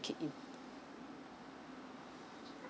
kick in